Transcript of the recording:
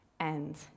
End